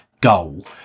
goal